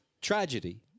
tragedy